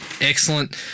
excellent